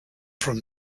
from